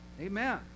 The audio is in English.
Amen